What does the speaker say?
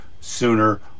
sooner